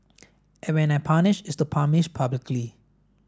and when I punish it's to punish publicly